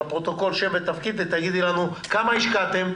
תגידי לנו: כמה השקעתם?